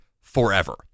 forever